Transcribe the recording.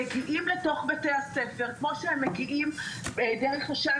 מגיעים לתוך בתי הספר כמו שהם מגיעים דרך חשב,